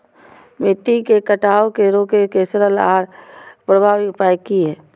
मिट्टी के कटाव के रोके के सरल आर प्रभावी उपाय की?